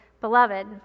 beloved